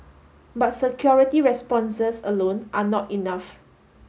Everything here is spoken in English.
but security responses alone are not enough